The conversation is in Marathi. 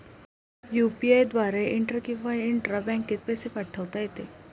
यु.पी.आय द्वारे इंटर किंवा इंट्रा बँकेत पैसे पाठवता येते